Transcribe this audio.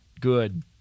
good